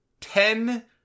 Ten